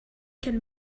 can